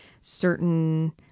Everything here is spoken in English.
certain